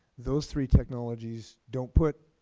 those three technologies don't put